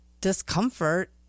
discomfort